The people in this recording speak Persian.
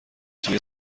توی